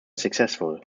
successful